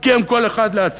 כי הם כל אחד לעצמו?